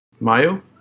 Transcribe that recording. Mayo